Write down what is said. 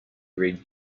red